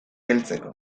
heltzeko